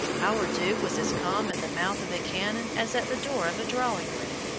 our duke was as calm at the mouth of a cannon as at the door of a drawing-room,